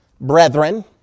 Brethren